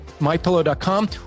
MyPillow.com